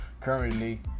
currently